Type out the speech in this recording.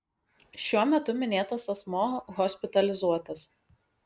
šiuo metu minėtas asmuo hospitalizuotas